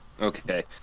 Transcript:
Okay